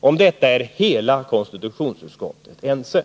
Om detta är hela konstitutionsutskottet ense.